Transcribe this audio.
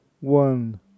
one